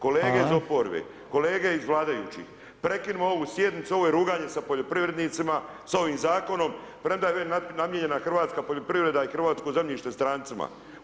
Kolege iz oporbe, kolege iz vladajućih, prekinimo ovu sjednicu, ovo je ruganje sa poljoprivrednicima, sa ovim zakonom, premda je najavljena hrvatska poljoprivreda i hrvatsko zemljište strancima.